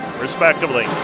respectively